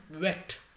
wet